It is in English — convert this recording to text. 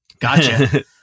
gotcha